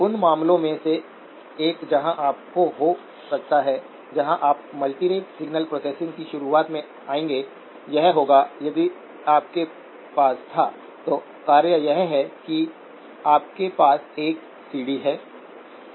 मैं वहां पर इन लेवलस VGS0 इंगित करता हूं